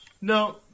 No